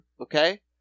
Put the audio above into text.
Okay